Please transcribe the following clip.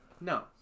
No